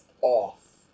off